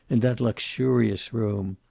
in that luxurious room.